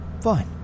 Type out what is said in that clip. Fine